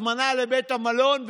הזמנה לבית המלון,